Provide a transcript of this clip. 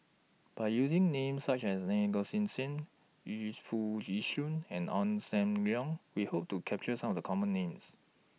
By using Names such as Naa Govindasamy Yu Foo Yee Shoon and Ong SAM Leong We Hope to capture Some of The Common Names